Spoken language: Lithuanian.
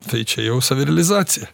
tai čia jau savirealizacija